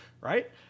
right